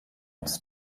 its